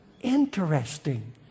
Interesting